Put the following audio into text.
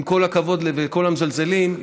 עם כל הכבוד לכל המזלזלים,